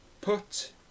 put